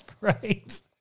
Right